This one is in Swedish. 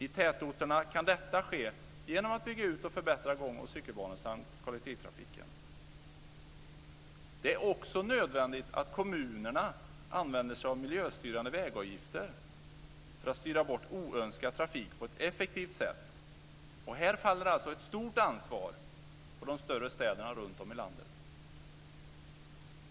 I tätorterna kan detta ske genom att man bygger ut och förbättrar gång och cykelbanor samt kollektivtrafik. Det är också nödvändigt att kommunerna använder sig av miljöstyrande vägavgifter för att styra bort oönskad trafik på ett effektivt sätt. Här faller alltså ett stort ansvar på de större städerna runtom i landet.